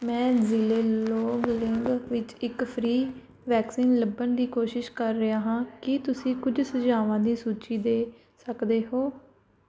ਮੈਂ ਜ਼ਿਲ੍ਹੇ ਲੌਂਗਲੇਂਗ ਵਿੱਚ ਇੱਕ ਫ੍ਰੀ ਵੈਕਸੀਨ ਲੱਭਣ ਦੀ ਕੋਸ਼ਿਸ਼ ਕਰ ਰਿਹਾ ਹਾਂ ਕੀ ਤੁਸੀਂ ਕੁਝ ਸੁਝਾਵਾਂ ਦੀ ਸੂਚੀ ਦੇ ਸਕਦੇ ਹੋ